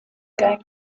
going